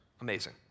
Amazing